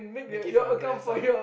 make it for your grandson